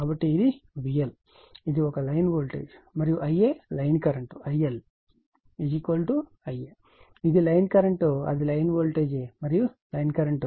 కాబట్టి ఇది VL ఇది ఒక లైన్ వోల్టేజ్ మరియు Ia line current IL Ia ఇది లైన్ కరెంట్ అది లైన్ వోల్టేజ్ మరియు లైన్ కరెంట్